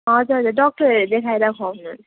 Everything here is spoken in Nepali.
हजुर हजुर डक्टरलाई देखाएर खुवाउनुहोस्